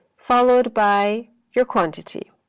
followed by your quantity,